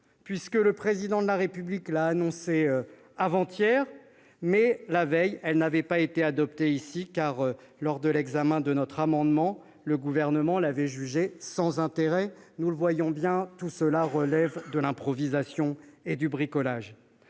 effet, le Président de la République l'a annoncée avant-hier, mais elle n'avait pas été adoptée la veille ici, car, lors de l'examen de notre amendement, le Gouvernement l'avait jugée sans intérêt. Nous le voyons bien, tout cela relève de l'improvisation et du bricolage.